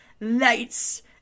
lights